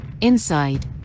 Inside